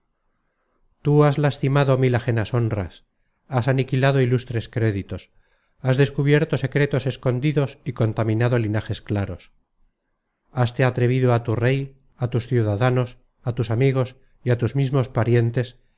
tú has lastimado mil ajenas honras has aniquilado ilustres créditos has descubierto secretos escondidos y contaminado linajes claros haste atrevido á tu rey á tus ciudadanos á tus amigos y á tus mismos parientes